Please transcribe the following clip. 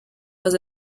was